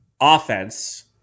offense